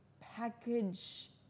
package